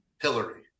Hillary